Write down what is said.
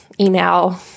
email